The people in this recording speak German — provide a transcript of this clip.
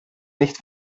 nicht